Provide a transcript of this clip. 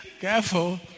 Careful